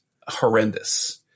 horrendous